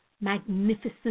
magnificent